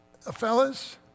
Fellas